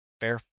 Fair